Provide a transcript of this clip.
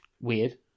Weird